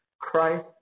Christ